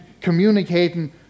communicating